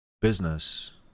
business